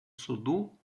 суду